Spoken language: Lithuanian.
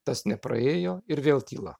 tas nepraėjo ir vėl tyla